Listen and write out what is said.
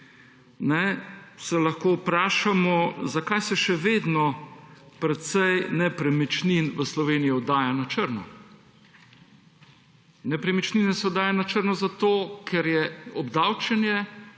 se lahko vprašamo, zakaj se še vedno precej nepremičnin v Sloveniji oddaja na črno. Nepremičnine se oddaja na črno zato, ker je obdavčenje